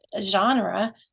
genre